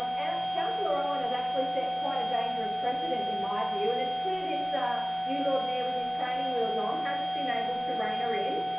um councillor owen has actually set quite a dangerous precedent in my view and it's clear this new lord mayor with his training wheels on hasn't been able to reign her in.